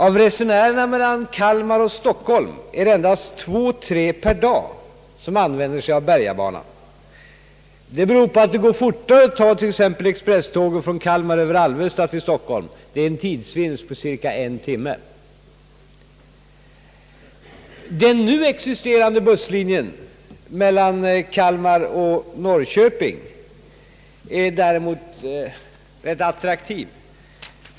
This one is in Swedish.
Av resenärerna mellan Kalmar och Stockholm använder endast två eller tre per dag Bergabanan. Det beror på att det går fortare att ta t.ex. expresståget från Kalmar över Alvesta till Stockholm. Det ger en tidsvinst på cirka en timme. Den nu existerande busslinjen mellan Kalmar och Norrköping är däremot rätt attraktiv.